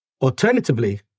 Alternatively